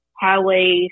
highways